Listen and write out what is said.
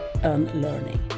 unlearning